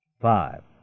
Five